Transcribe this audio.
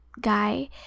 guy